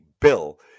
bill